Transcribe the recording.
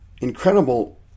incredible